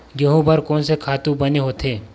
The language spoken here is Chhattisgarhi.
गेहूं बर कोन से खातु बने होथे?